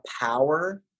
power